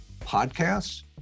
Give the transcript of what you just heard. podcasts